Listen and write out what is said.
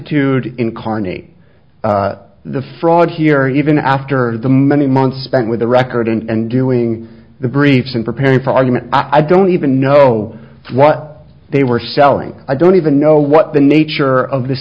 tude incarnate the fraud here even after the many months spent with the record and doing the briefs and preparing for argument i don't even know what they were selling i don't even know what the nature of this